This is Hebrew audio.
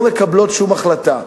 לא מקבלות שום החלטה.